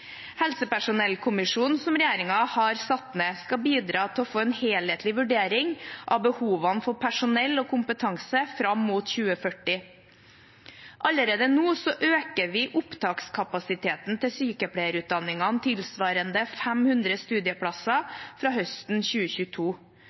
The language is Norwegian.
Helsepersonellkommisjonen som regjeringen har satt ned, skal bidra til å få en helhetlig vurdering av behovene for personell og kompetanse fram mot 2040. Allerede nå øker vi opptakskapasiteten til sykepleierutdanningene tilsvarende 500 studieplasser